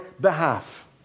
behalf